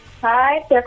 Hi